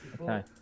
Okay